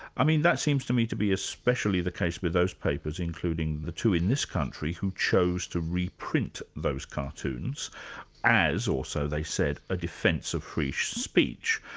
that seems to me to be especially the case with those papers, including the two in this country, who chose to reprint those cartoons as, or so they said, a defence of free speech.